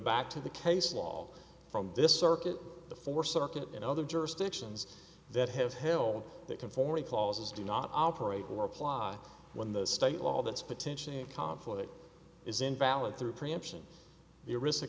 back to the case law from this circuit the four circuit and other jurisdictions that have held they can for a clause as do not operate or apply when the state law that's potentially a conflict is invalid through preemption the arist